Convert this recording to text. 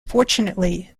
fortunately